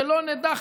שלא נדע,